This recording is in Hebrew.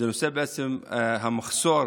המחסור